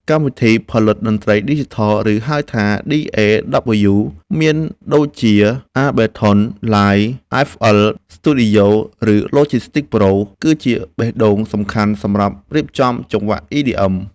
កម្មវិធីផលិតតន្ត្រីឌីជីថល ឬហៅថា DAW មានដូចជា អេប៊លថុន ឡាយ អែហ្វអិល ស្ទូឌីយ៉ូ ឬ ឡូជិក ប្រូ គឺជាបេះដូងសំខាន់សម្រាប់រៀបចំចង្វាក់ EDM។